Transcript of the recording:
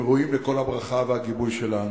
הם ראויים לכל הברכה והגיבוי שלנו.